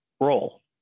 role